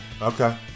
Okay